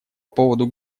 поводу